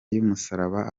y’umusaraba